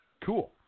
Cool